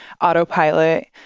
autopilot